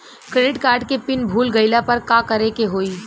Credit card के pin भूल गईला पर का करे के होई?